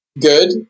good